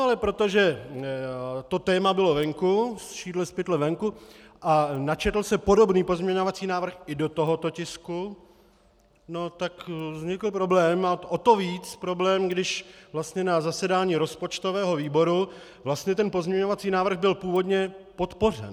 Ale protože to téma bylo venku, šídlo z pytle venku, a načetl se podobný pozměňovací návrh i do tohoto tisku, tak vznikl problém, o to víc problém, když na zasedání rozpočtového výboru vlastně ten pozměňovací návrh byl původně podpořen.